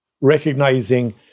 Recognizing